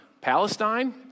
Palestine